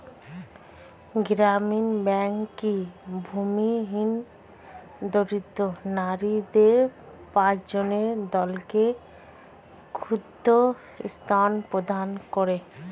গ্রামীণ ব্যাংক কি ভূমিহীন দরিদ্র নারীদের পাঁচজনের দলকে ক্ষুদ্রঋণ প্রদান করে?